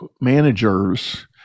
managers